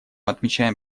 отмечаем